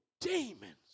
demons